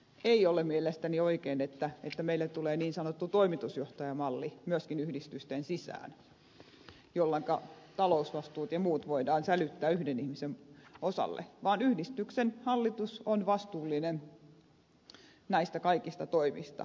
ei ole mielestäni oikein että meille tulee niin sanottu toimitusjohtaja malli myöskin yhdistysten sisään jolloinka talousvastuut ja muut voidaan sälyttää yhden ihmisen osalle vaan yhdistyksen hallitus on vastuullinen näistä kaikista toimista